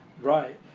right